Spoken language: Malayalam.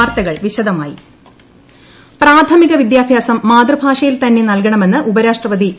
വെങ്കയ്യ നായിഡു പ്രാഥമിക വിദ്യാഭ്യാസം മാതൃഭാഷയിൽ തന്നെ നൽകണമെന്ന് ഉപരാഷ്ട്രപതി ശ്രീ